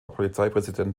polizeipräsident